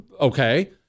okay